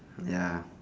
ya